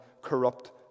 corrupt